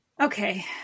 Okay